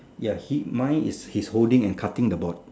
yes he mine is he's holding and cutting the board